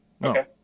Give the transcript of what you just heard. No